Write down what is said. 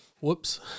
Whoops